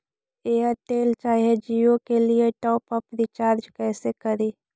Airtel चाहे जियो के लिए टॉप अप रिचार्ज़ कैसे करी?